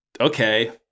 okay